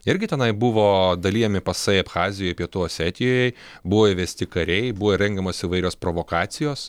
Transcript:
irgi tenai buvo dalijami pasai abchazijoj pietų osetijoj buvo įvesti kariai buvo rengiamos įvairios provokacijos